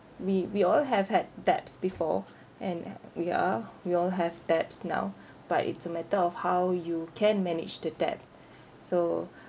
we we all have had debts before and ha~ we are we all have debts now but it's a matter of how you can manage the debt so